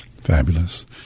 Fabulous